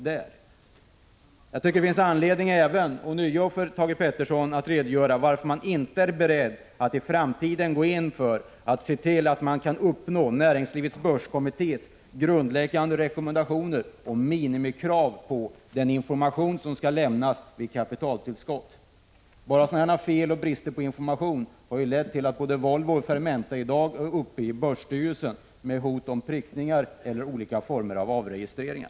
Det finns anledning för Thage Peterson att ånyo redogöra för varför man inte är beredd att i framtiden gå in för att se till att man kan uppnå rekommendationerna från näringslivets börskommitté om minimikrav på den information som skall lämnas vid kapitaltillskott. Fel och brister när det gäller informationen har ju lett till att både Volvo och Fermenta i dag är uppe ibörsstyrelsen med hot om prickningar eller olika former av avregistreringar.